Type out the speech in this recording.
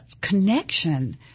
connection